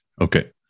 Okay